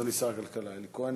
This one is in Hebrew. אדוני שר הכלכלה אלי כהן.